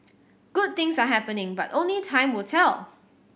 good things are happening but only time will tell